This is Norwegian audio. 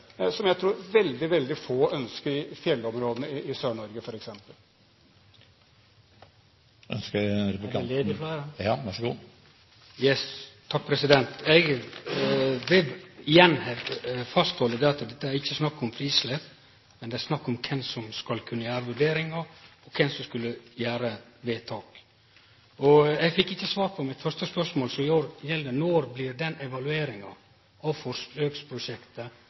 som jeg tror veldig få ønsker i fjellområdene i Sør-Norge f.eks. Eg vil igjen halde fast ved at dette ikkje er snakk om eit frislepp, men det er snakk om kven som skal kunne gjere vurderingar, og kven som skal gjere vedtak. Eg fekk ikkje svar på mitt første spørsmål: Når blir den evalueringa av forsøksprosjektet